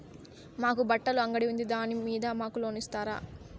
మాకు బట్టలు అంగడి ఉంది దాని మీద మాకు లోను ఇస్తారా